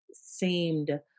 seemed